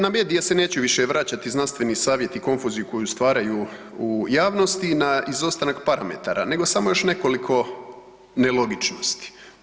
Na medije se neću više vraćati, znanstveni savjeti i konfuziju koju stvaraju u javnosti na izostanak parametara nego samo još nekoliko nelogičnosti.